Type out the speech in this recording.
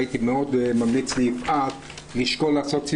הייתי ממליץ מאוד ליפעת שאשא ביטון לשקול לעשות סיור,